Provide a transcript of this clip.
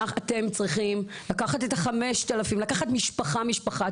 אתם צריכים לקחת משפחה משפחה,